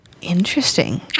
interesting